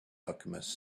alchemist